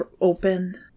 open